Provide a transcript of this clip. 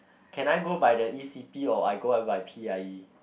can I go by the e_c_p or I go on by p_i_e